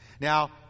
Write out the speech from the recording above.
Now